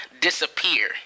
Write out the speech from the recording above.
disappear